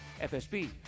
FSB